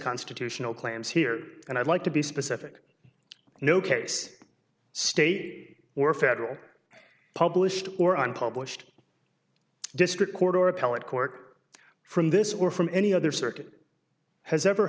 constitutional claims here and i'd like to be specific no case state or federal published or unpublished district court or appellate court from this or from any other circuit has ever